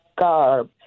garb